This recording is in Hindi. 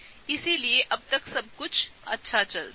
इसलिए अब तक सब कुछ अच्छा चल रहा है